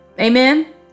Amen